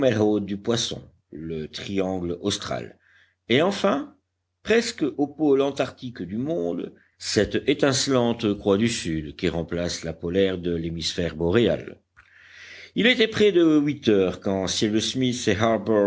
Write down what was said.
du poisson le triangle austral et enfin presque au pôle antarctique du monde cette étincelante croix du sud qui remplace la polaire de l'hémisphère boréal il était près de huit heures quand cyrus smith et